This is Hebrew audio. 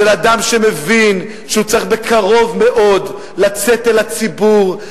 של אדם שמבין שהוא צריך בקרוב מאוד לצאת אל הציבור,